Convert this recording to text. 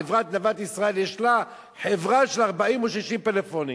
לחברת "נוות ישראל" יש 40 או 60 פלאפונים.